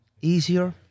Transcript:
easier